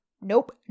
nope